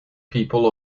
people